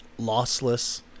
Lossless